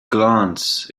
glance